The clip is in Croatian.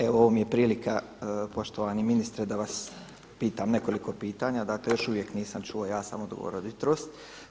Evo ovo mi je prilika, poštovani ministre da vas pitam nekoliko pitanja, dakle još uvijek nisam čuo jasan odgovor od jutros.